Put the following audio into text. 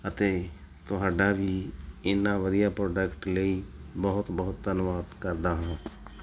ਅਤੇ ਤੁਹਾਡਾ ਵੀ ਇੰਨਾ ਵਧੀਆ ਪ੍ਰੋਡਕਟ ਲਈ ਬਹੁਤ ਬਹੁਤ ਧੰਨਵਾਦ ਕਰਦਾ ਹਾਂ